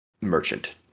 merchant